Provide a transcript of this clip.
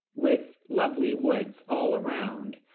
with lovely woods all around.